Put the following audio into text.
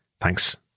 Thanks